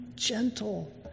gentle